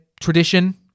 tradition